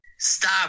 stop